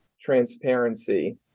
transparency